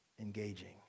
engaging